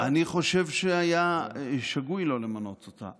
אני חושב שהיה שגוי לא למנות אותה,